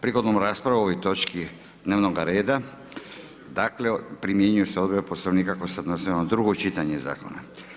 Prigodom rasprave o ovoj točci dnevnog reda dakle, primjenjuju se odredbe poslovnika koje se odnose na drugo čitanje zakona.